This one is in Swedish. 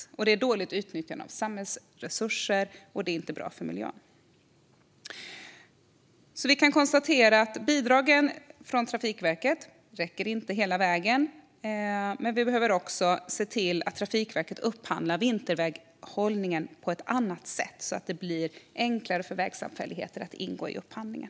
Det är ett dåligt utnyttjande av samhällsresurser, och det är inte bra för miljön. Vi kan konstatera att bidragen från Trafikverket inte räcker hela vägen. Vi behöver också se till att Trafikverket upphandlar vinterväghållning på ett annat sätt så att det blir enklare för vägsamfälligheter att ingå i upphandlingen.